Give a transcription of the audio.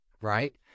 right